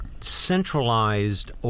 centralized